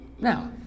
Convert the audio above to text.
Now